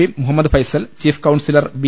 P Muhammad Faisal chief councillor B